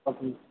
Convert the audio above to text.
okay